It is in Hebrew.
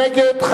נגד,